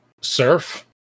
surf